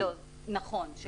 נכון.